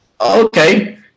okay